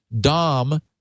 DOM